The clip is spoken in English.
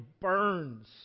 burns